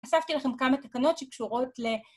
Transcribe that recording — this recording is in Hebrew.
‫אספתי לכם כמה תקנת שקשורות ל...